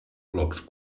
blocs